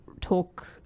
talk